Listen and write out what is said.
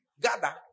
gather